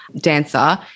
dancer